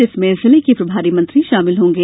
जिसमें जिले के प्रभारी मंत्री शामिल होंगे